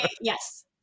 yes